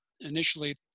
initially